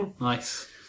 Nice